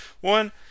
one